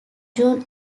june